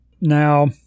Now